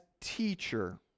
teacher